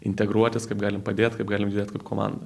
integruotis kaip galim padėt kaip galim judėt kaip komanda